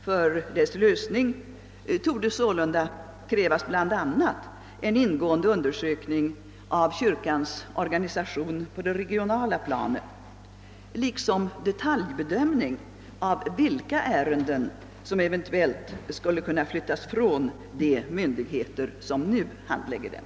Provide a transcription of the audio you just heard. För dess lösning torde sålunda krävas bl.a. en ingående undersökning av kyrkans organisation på det regionala planet liksom detaljbedömning av vilka ärenden som eventuellt skulle kunna flyttas från de myndigheter som nu handlägger dem.